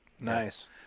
Nice